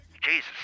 Jesus